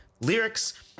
lyrics